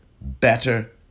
better